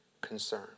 concern